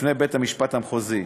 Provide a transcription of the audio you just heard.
בפני בית-המשפט המחוזי.